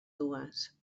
dues